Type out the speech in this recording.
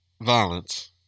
violence